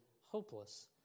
hopeless